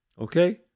Okay